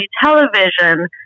television